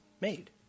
made